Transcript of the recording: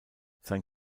sein